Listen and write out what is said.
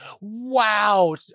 Wow